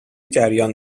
جریان